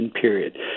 period